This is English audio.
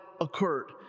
occurred